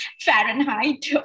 Fahrenheit